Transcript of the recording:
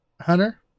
Hunter